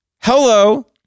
Hello